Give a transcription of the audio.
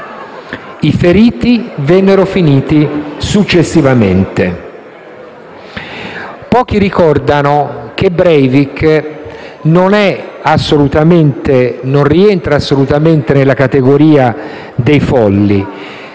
I feriti vennero finiti successivamente. Pochi ricordano che Breivik non rientra assolutamente nella categoria dei folli.